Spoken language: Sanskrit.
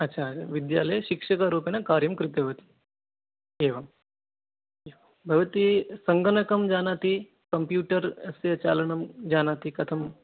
अच्छा विद्यालये शिक्षकरूपेण कार्यं कृतवती एवं भवती सङ्गणकं जानाति कम्प्यूटर् अस्य चालनं जानाति कथं